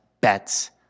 bets